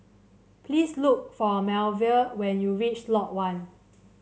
please look for Melville when you reach Lot One